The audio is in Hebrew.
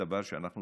ובדבר הזה אנחנו